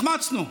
החמצנו.